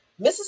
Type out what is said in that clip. Mrs